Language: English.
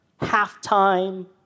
halftime